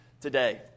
today